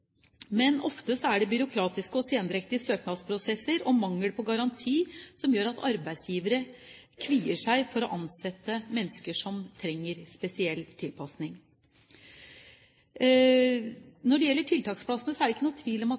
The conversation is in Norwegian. Men ofte er det byråkratiske og sendrektige søknadsprosesser og mangel på garanti som gjør at arbeidsgivere kvier seg for å ansette mennesker som trenger spesiell tilpasning. Når det gjelder tiltaksplasser, er det ingen tvil om at